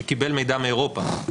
שקיבל מידע מאירופה,